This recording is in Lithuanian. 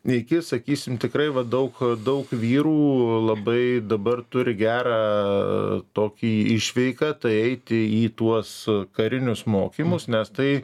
iki sakysim tikrai vat daug daug vyrų labai dabar turi gerą tokį išveiką tai eiti į tuos karinius mokymus nes tai